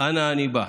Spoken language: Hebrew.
ואנה אני באה.